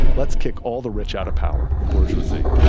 let's kick all the rich out of power, the bourgeoisie.